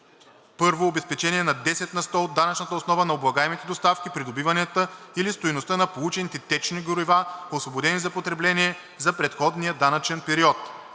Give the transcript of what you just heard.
първо обезпечение на 10 на сто от данъчната основа на облагаемите доставки, придобиванията или стойността на получените течни горива, освободени за потребление, за предходния данъчен период.“